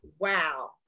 Wow